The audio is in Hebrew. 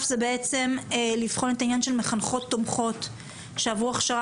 יכול להיות שיש כל כך הרבה עמותות וארגונים שמטפלים,